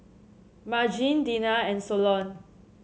Margene Dena and Solon